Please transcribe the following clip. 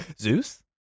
Zeus